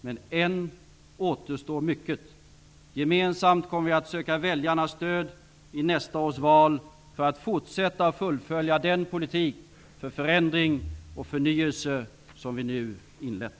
Men än återstår mycket. Gemensamt kommer vi att söka väljarnas stöd i nästa års val för att fortsätta och fullfölja den politik för förändring och förnyelse som vi nu inlett.